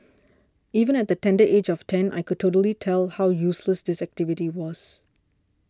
even at the tender age of ten I could totally tell how useless this activity was